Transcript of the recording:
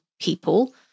people